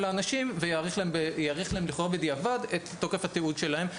האנשים ויאריך להם לכאורה בדיעבד את תוקף התיעוד שלהם,